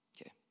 Okay